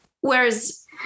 Whereas